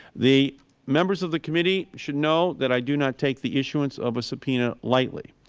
the members of the committee should know that i do not take the issuance of a subpoena lightly.